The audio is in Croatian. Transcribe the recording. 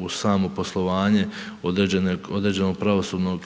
u samo poslovanje određene, određenog